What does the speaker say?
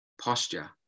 posture